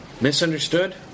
misunderstood